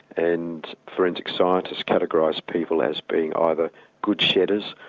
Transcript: and forensic scientists categorise people as being either good shedders,